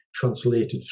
translated